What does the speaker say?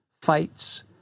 fights